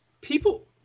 People